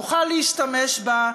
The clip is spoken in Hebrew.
נוכל להשתמש בה.